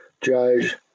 judge